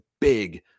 big